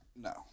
No